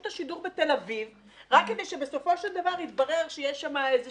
השידור בתל אביב רק כדי שבסופו של דבר יתברר שיש שם איזו